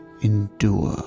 endure